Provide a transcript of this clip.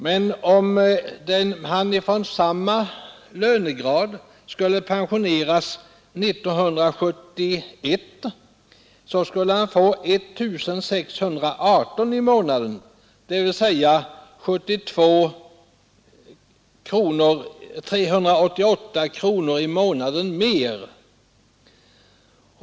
Men om han från samma lönegrad skulle ha pensionerats 1971, skulle han ha fått 1618 kronor i månaden, dvs. 388 kronor mer i månaden.